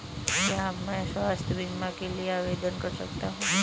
क्या मैं स्वास्थ्य बीमा के लिए आवेदन कर सकता हूँ?